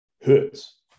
hurts